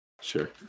Sure